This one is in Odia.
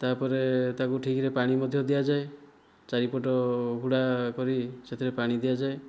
ତା'ପରେ ତା'କୁ ଠିକ୍ରେ ପାଣି ମଧ୍ୟ ଦିଆଯାଏ ଚାରିପଟ ହୁଡ଼ା କରି ସେଥିରେ ପାଣି ଦିଆଯାଏ